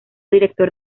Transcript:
director